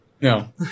No